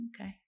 Okay